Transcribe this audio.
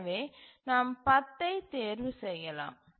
எனவே நாம் 10 ஐ தேர்வு செய்யலாம்